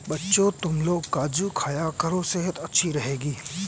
बच्चों, तुमलोग काजू खाया करो सेहत अच्छी रहेगी